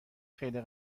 خیلی